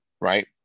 Right